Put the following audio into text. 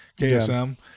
KSM